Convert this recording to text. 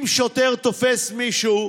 אם שוטר תופס מישהו,